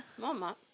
Mama